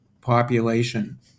population